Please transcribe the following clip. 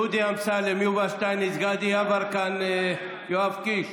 דודי אמסלם, יובל שטייניץ, גדי יברקן, יואב קיש.